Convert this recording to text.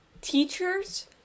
Teachers